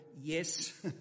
Yes